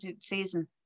season